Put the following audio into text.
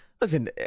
Listen